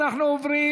אנחנו עוברים